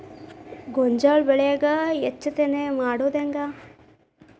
ಗೋಂಜಾಳ ಬೆಳ್ಯಾಗ ಹೆಚ್ಚತೆನೆ ಮಾಡುದ ಹೆಂಗ್?